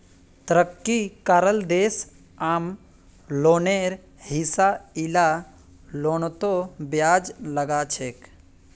तरक्की कराल देश आम लोनेर हिसा इला लोनतों ब्याज लगाछेक